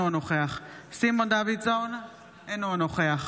אינו נוכח